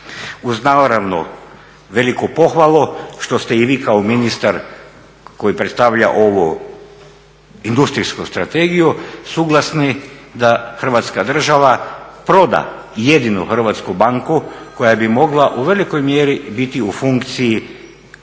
Uz naravno veliku pohvalu što ste i vi kao ministar koji predstavlja ovu industrijsku strategiju suglasni da Hrvatska država proda jedinu hrvatsku banku koja bi mogla u velikoj mjeri biti u funkciji